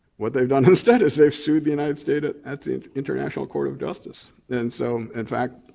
what they've done instead is they've sued the united states at at the international court of justice. and so in fact,